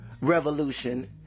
revolution